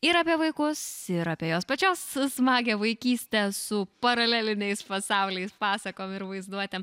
ir apie vaikus ir apie jos pačios smagią vaikystę su paraleliniais pasauliais pasakom ir vaizduotėm